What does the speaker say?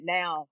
now